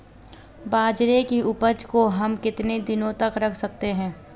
बाजरे की उपज को हम कितने दिनों तक रख सकते हैं?